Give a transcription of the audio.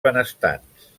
benestants